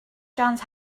johns